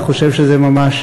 אני חושב שזה ממש